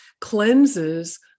cleanses